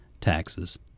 Taxes